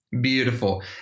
Beautiful